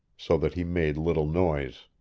so that he made little noise.